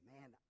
man